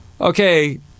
okay